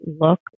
look